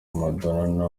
madonna